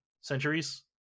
Centuries